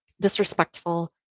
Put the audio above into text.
disrespectful